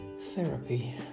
therapy